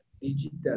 digital